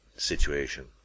situation